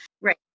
Right